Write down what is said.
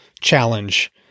challenge